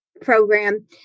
program